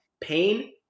pain